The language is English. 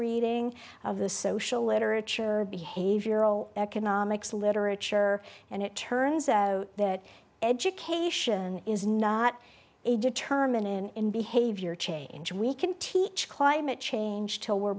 reading of the social literature behavioral economics literature and it turns out that education is not a determine in behavior change we can teach climate change till we're